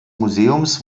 museums